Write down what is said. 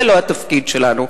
זה לא התפקיד שלנו.